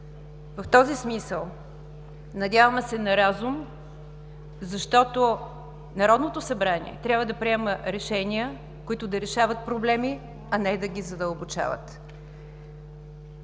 В този смисъл, надяваме се на разум, защото Народното събрание трябва да приема решения, които да решават проблеми, а не да ги задълбочават.